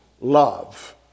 love